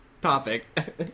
topic